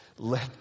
Let